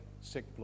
sick